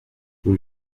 vous